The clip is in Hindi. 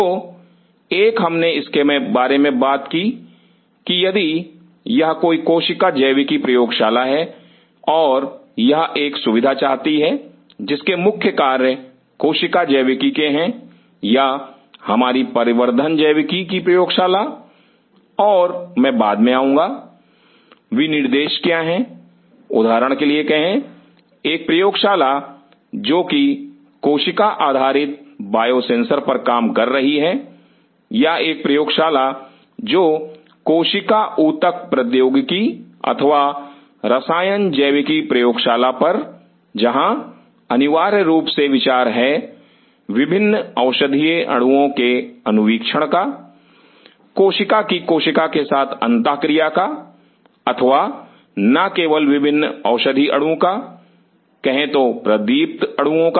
तो एक हमने इसके बारे में बात की यदि यह कोई कोशिका जैविकी प्रयोगशाला है और यह एक सुविधा चाहती है जिसके प्रमुख कार्य कोशिका जैविकी के हैं या हमारी परिवर्धन जैविकी की प्रयोगशाला और मैं बाद में आऊंगा विनिर्देश क्या है उदाहरण के लिए कहें एक प्रयोगशाला जो कोशिका आधारित बायोसेंसर पर काम कर रही हैं या एक प्रयोगशाला जो कोशिका ऊतक प्रौद्योगिकी अथवा रसायन जैविकी प्रयोगशाला पर जहां अनिवार्य रूप से विचार है विभिन्न औषधीय अणुओं के अनुवीक्षण का कोशिका की कोशिका के साथ अंतःक्रिया का अथवा ना केवल विभिन्न औषधि अणु का कहे तो प्रतिदीप्त अणुओं का